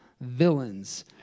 villains